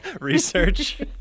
Research